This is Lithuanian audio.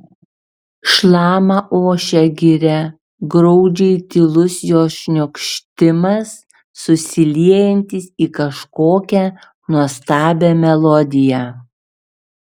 šlama ošia giria graudžiai tylus jos šniokštimas susiliejantis į kažkokią nuostabią melodiją